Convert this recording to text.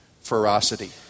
ferocity